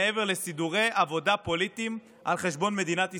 מעבר לסידורי עבודה פוליטיים על חשבון מדינת ישראל?